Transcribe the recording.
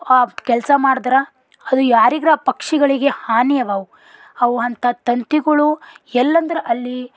ಆ ಕೆಲಸ ಮಾಡಿದ್ರ ಅದು ಯಾರಿಗಾರಾ ಪಕ್ಷಿಗಳಿಗೆ ಹಾನಿ ಅವೆ ಅವು ಅವು ಅಂಥ ತಂತಿಗಳು ಎಲ್ಲಂದ್ರೆ ಅಲ್ಲಿ